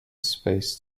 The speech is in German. space